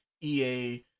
EA